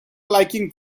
liking